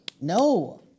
No